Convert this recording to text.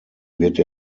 wird